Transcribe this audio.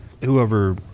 whoever